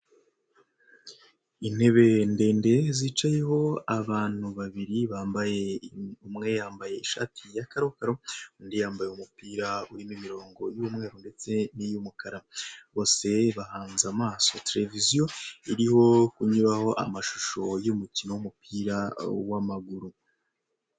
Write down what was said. Intebe ndende zicayeho abantu babiri bambaye umwe yambaye ishati ya karokaro, undi yambaye umupira urimo imirongo w'umweru ndetse n'iy'umukara. Bose bahanze amaso televiziyo, iriho kunyuraho amashusho y'umukino w'umupira w'amaguru.